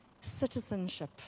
citizenship